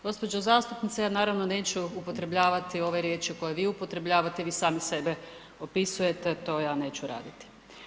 Gospođa zastupnice, ja naravno neću upotrebljavati, ove riječi koje vi upotrebljavate, vi sami sebe opisujete, to ja neću raditi.